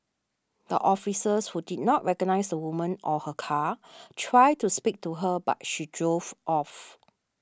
the officers who did not recognise the woman or her car tried to speak to her but she drove off